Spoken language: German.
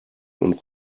und